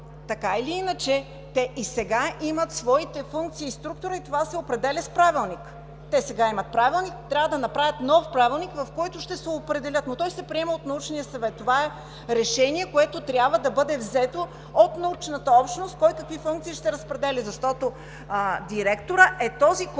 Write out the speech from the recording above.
така или иначе и сега имат своите функции и структура и това се определя с правилник. Те и сега имат правилник, но ще трябва да направят нов правилник, в който ще се определят, но той се приема от Научния съвет. Това е решение, което трябва да бъде взето от научната общност – кой какви функции ще разпределя, защото директорът е този, който